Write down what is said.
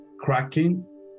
cracking